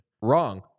Wrong